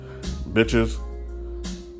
Bitches